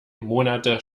monate